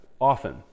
often